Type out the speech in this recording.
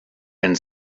and